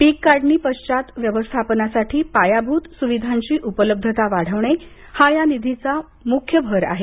पीक काढणी पश्चात व्यवस्थापनासाठी पायाभूत सुविधांची उपलब्धता वाढवणे हा या निधीचा मुख्य भर आहे